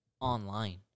online